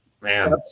man